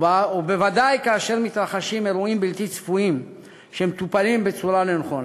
ובוודאי כאשר מתרחשים אירועים בלתי צפויים שמטופלים בצורה לא נכונה.